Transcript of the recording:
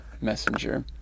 messenger